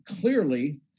clearly